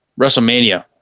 WrestleMania